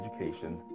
education